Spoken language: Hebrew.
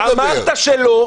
אמרת שלא.